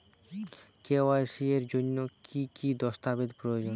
KYC এর জন্যে কি কি দস্তাবেজ প্রয়োজন?